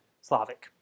Slavic